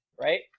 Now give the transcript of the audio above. Right